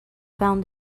found